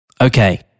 Okay